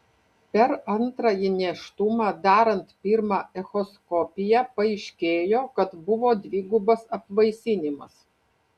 per antrąjį nėštumą darant pirmą echoskopiją paaiškėjo kad buvo dvigubas apvaisinimas